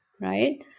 right